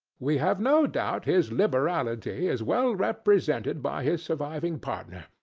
we have no doubt his liberality is well represented by his surviving partner,